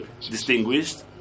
distinguished